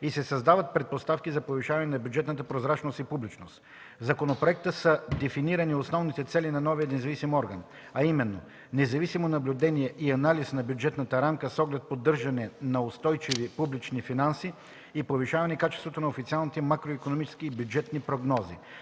и се създават предпоставки за повишаване на бюджетната прозрачност и публичност. В законопроекта са дефинирани основните цели на новия независим орган, а именно: независимо наблюдение и анализ на бюджетната рамка с оглед поддържане на устойчиви публични финанси и повишаване качеството на официалните макроикономически и бюджетни прогнози